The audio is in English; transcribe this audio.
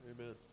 Amen